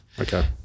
Okay